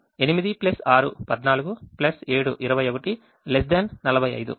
కాబట్టి 8 6 14 7 21 45